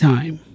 Time